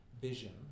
vision